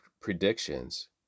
predictions